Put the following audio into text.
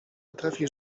potrafi